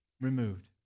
removed